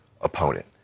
opponent